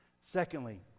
secondly